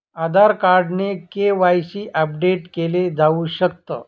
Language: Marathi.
आधार कार्ड ने के.वाय.सी अपडेट केल जाऊ शकत